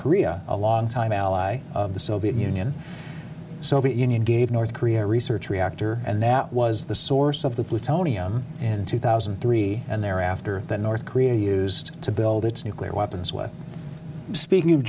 korea a longtime ally of the soviet union soviet union gave north korea research reactor and that was the source of the plutonium and in two thousand and three and thereafter that north korea used to build its nuclear weapons with speaking of